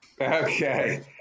Okay